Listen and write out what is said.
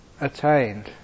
attained